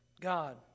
God